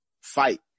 fight